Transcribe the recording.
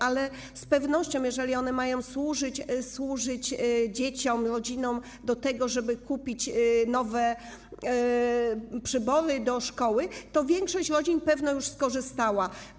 Ale z pewnością, jeżeli one mają służyć dzieciom, rodzinom do tego, żeby kupić nowe przybory do szkoły, to większość rodzin już z tego skorzystała.